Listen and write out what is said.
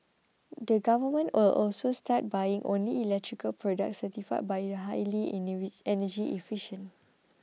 the government will also start buying only electrical products certified by highly energy efficient